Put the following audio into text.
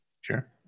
Sure